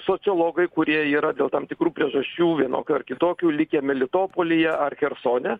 sociologai kurie yra dėl tam tikrų priežasčių vienokių ar kitokių like melitopolyje ar chersone